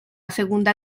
segunda